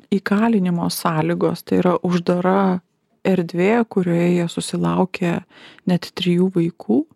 įkalinimo sąlygos tai yra uždara erdvė kurioje jie susilaukė net trijų vaikų